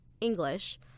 English